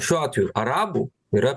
šiuo atveju arabų yra